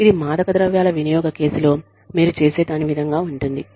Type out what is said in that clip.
ఇది మాదకద్రవ్యాల వినియోగ కేసులో మీరు చేసే దాని విధంగా ఉంటుంది